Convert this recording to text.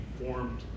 formed